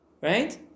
right